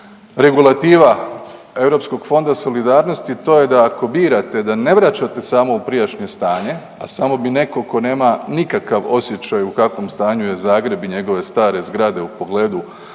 regulativa Europskog fonda solidarnosti to je da ako birate da ne vraćate samo u prijašnje stanje, a samo bi neko ko nema nikakav osjećaj u kavom stanju je Zagreb i njegove stare zgrade u pogledu